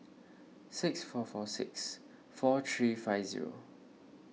six four four six four three five zero